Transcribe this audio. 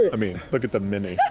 i mean, look at the mini.